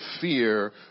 fear